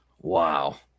Wow